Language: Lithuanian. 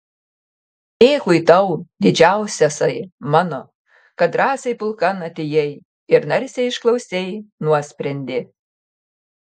dėkui tau didžiausiasai mano kad drąsiai pulkan atėjai ir narsiai išklausei nuosprendį